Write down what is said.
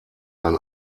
ein